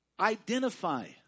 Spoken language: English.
Identify